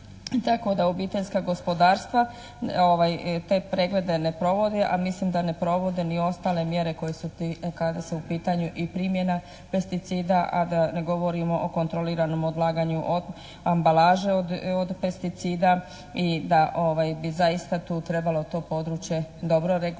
tako da obiteljska gospodarstva te preglede ne provode a mislim da ne provode ni ostale mjere koje se, kada su u pitanju i primjena pesticida a da ne govorimo o kontroliranom odlaganju ambalaže od pesticida i da bi zaista tu trebalo to područje dobro regulirati